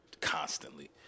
constantly